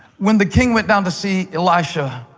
when the king went down to see elisha,